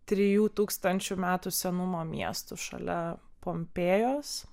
trijų tūkstančių metų senumo miestų šalia pompėjos